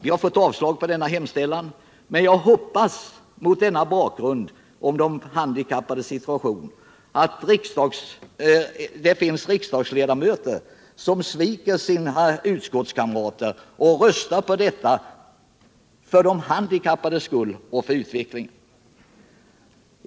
Vi har fått avslag på denna hemställan, men jag hoppas, mot denna bakgrund och de handikappades situation, att det finns riksdagsledamöter som sviker sina utskottskamrater och röstar för reservationen — för de handikappades skull och för utvecklingens skull!